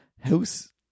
House